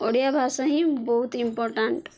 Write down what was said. ଓଡ଼ିଆ ଭାଷା ହିଁ ବହୁତ ଇମ୍ପୋଟାଣ୍ଟ